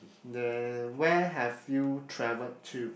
then where have you travelled to